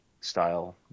style